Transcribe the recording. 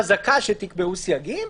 חזקה שתקבעו סייגים.